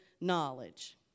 knowledge